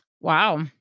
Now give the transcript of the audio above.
Wow